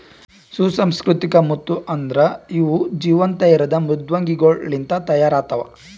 ಸುಸಂಸ್ಕೃತಿಕ ಮುತ್ತು ಅಂದುರ್ ಇವು ಜೀವಂತ ಇರದ್ ಮೃದ್ವಂಗಿಗೊಳ್ ಲಿಂತ್ ತೈಯಾರ್ ಆತ್ತವ